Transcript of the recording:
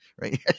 Right